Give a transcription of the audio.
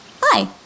hi